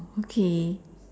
okay